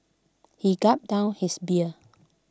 he gulped down his beer